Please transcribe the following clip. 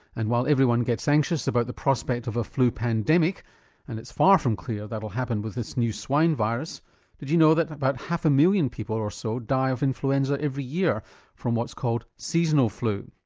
and while everyone gets anxious about the prospect of a flu pandemic and it's far from clear that'll happen with this new swine virus did you know that about half a million people or so die of influenza every year from what's called seasonal flu.